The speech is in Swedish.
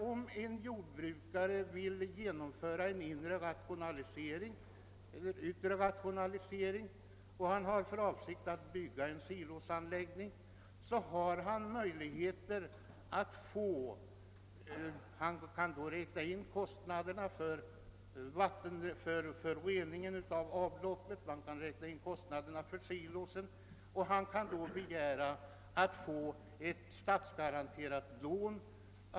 Om en jordbrukare vill genomföra en inre eller yttre rationalisering och har för avsikt att bygga en siloanläggning kan han räkna in kostnaderna för rening av avloppet och för silon och begära att få ett statsgaranterat lån.